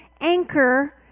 anchor